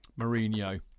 Mourinho